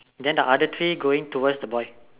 then the other three going towards the boy